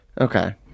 Okay